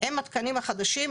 הם התקנים החדשים,